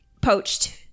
poached